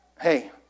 hey